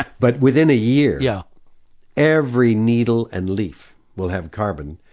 but within a year yeah every needle and leaf will have carbon.